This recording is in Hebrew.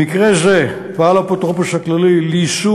במקרה זה פעל האפוטרופוס הכללי ליישום